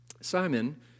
Simon